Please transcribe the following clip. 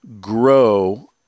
Grow